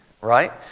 Right